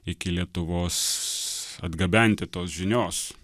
iki lietuvos atgabenti tos žinios